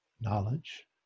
Knowledge